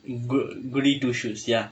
goo~ goody two shoes ya